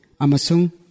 amasung